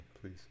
please